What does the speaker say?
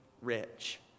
rich